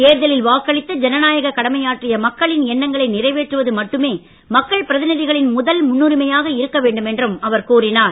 தேர்தலில் வாக்களித்து ஜனநாயக கடமையாற்றிய மக்களின் எண்ணங்களை நிறைவேற்றுவது மட்டுமே மக்கள் பிரதிநிதிகளின் முதல் முன்னுரிமையாக இருக்க வேண்டும் என்றும் அவர் கூறினார்